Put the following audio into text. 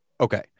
Okay